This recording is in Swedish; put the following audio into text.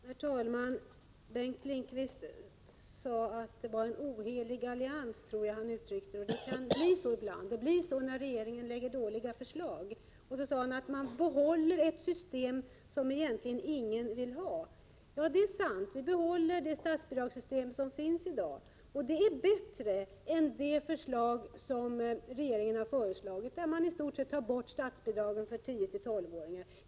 Herr talman! Bengt Lindqvist sade att det har ingåtts en ohelig allians, och det kan ibland bli så när regeringen lägger fram dåliga förslag. Han sade att man behåller ett system som egentligen ingen vill ha. Ja, det är sant. Man behåller det statsbidragssystem som finns i dag, och det är bättre än det förslag som regeringen har lagt fram, vilket innebär att man i stort sett tar bort statsbidragen för 10-12-åringar.